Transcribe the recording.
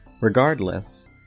Regardless